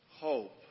Hope